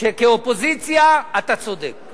שכאופוזיציה אתה צודק.